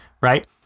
right